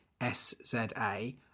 sza